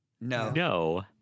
no